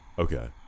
Okay